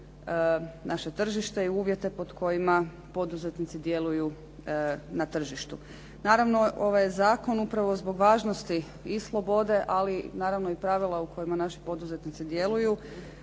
naše tržište i uvjete pod kojima poduzetnici djeluju na tržištu. Naravno, ovaj je zakon upravo zbog važnosti i slobode, ali naravno i pravila u kojima naši poduzetnici djeluju,